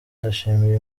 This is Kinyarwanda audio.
ndashimira